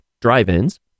drive-ins